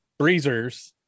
breezers